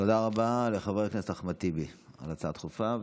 תודה רבה לחבר הכנסת אחמד טיבי על ההצעה הדחופה.